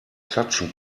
klatschen